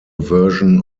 version